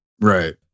Right